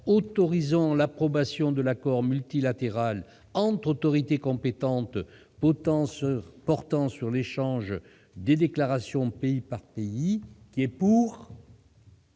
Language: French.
autorisant l'approbation de l'accord multilatéral entre autorités compétentes portant sur l'échange des déclarations pays par pays. Mes chers